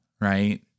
right